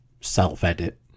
self-edit